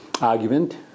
argument